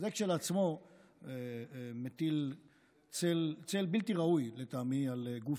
וזה כשלעצמו מטיל צל בלתי ראוי לטעמי על גוף